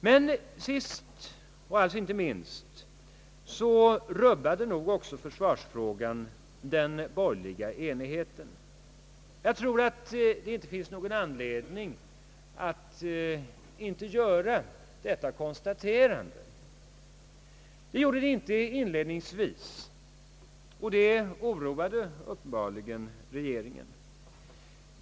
Men sist — men inte minst — rubbade försvarsfrågan nog också den borgerliga enheten. Jag tror inte att det finns någon anledning att inte konstatera detta. Man lyckades inte inledningsvis, vilket uppenbarligen oroade regeringen.